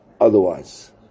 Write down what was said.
otherwise